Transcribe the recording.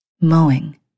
mowing